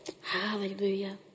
Hallelujah